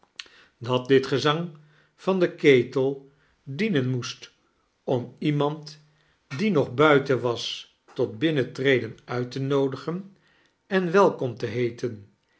dat dit gezang van den ketel dienen moest om iemand die nog buiten was tot hnnentreden uit te moodigen en welkom te heeten